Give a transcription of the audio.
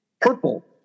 purple